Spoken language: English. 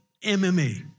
MMA